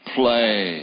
play